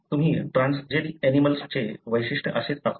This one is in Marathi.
तुम्ही ट्रान्सजेनिक ऍनिमलंचे वैशिष्ट्य असेच दाखवता